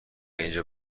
اینجا